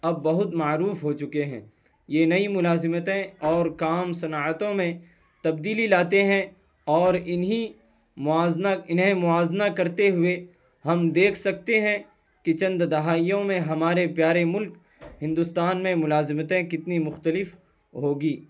اب بہت معروف ہو چکے ہیں یہ نئی ملازمتیں اور کام صنعتوں میں تبدیلی لاتے ہیں اور انہیں موازنہ انہیں موازنہ کرتے ہوئے ہم دیکھ سکتے ہیں کہ چند دہائیوں میں ہمارے پیارے ملک ہندوستان میں ملازمتیں کتنی مختلف ہوگی